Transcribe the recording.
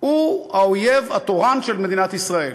הוא האויב התורן של מדינת ישראל.